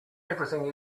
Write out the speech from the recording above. everything